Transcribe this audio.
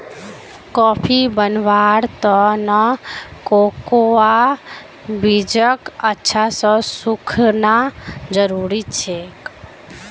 coffee बनव्वार त न कोकोआ बीजक अच्छा स सुखना जरूरी छेक